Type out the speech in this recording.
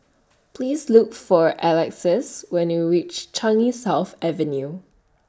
Please Look For Alexys when YOU REACH Changi South Avenue